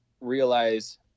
realize